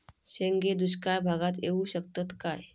शेंगे दुष्काळ भागाक येऊ शकतत काय?